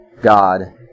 God